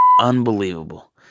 unbelievable